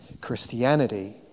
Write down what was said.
Christianity